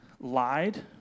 lied